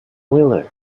wheeler